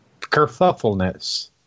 kerfuffleness